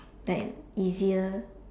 like easier